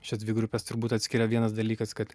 šias dvi grupes turbūt atskiria vienas dalykas kad